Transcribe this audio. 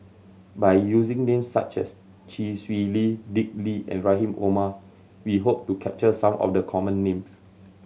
by using names such as Chee Swee Lee Dick Lee and Rahim Omar we hope to capture some of the common names